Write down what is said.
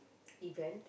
event